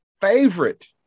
favorite